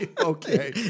Okay